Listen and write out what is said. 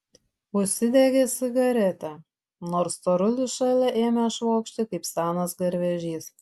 užsidegė cigaretę nors storulis šalia ėmė švokšti kaip senas garvežys